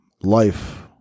life